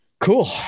Cool